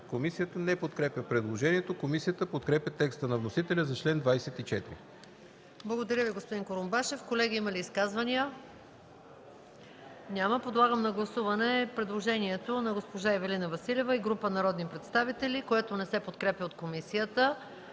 Комисията не подкрепя предложението. Комисията подкрепя текста на вносителя за чл. 24. ПРЕДСЕДАТЕЛ МАЯ МАНОЛОВА: Благодаря Ви, господин Курумбашев. Колеги, има ли изказвания? Няма. Подлагам на гласуване предложението на госпожа Ивелина Василева и група народни представители, което не се подкрепя от комисията.